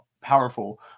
powerful